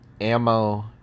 ammo